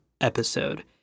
episode